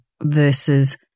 versus